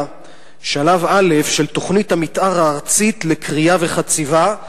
שלב א' של תוכנית המיתאר הארצית לכרייה וחציבה,